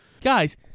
Guys